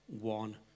one